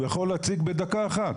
הוא יכול להציג בדקה אחת.